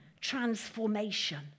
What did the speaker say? transformation